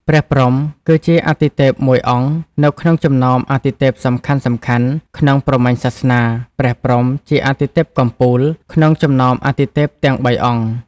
ព្រះព្រហ្ម គឺជាអទិទេពមួយអង្គ នៅក្នុងចំណោមអទិទេពសំខាន់ៗ ក្នុងព្រហ្មញ្ញសាសនា ព្រះព្រហ្ម ជាអទិទេពកំពូល ក្នុងចំណោមអទិទេពទាំង៣អង្គ។